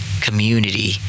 community